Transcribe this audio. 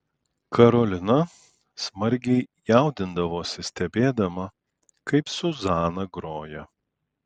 karolina smarkiai jaudindavosi stebėdama kaip zuzana groja